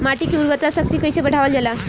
माटी के उर्वता शक्ति कइसे बढ़ावल जाला?